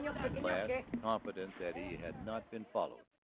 at last, confident that he had not been followed,